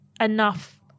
enough